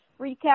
recap